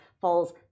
falls